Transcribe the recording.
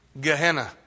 Gehenna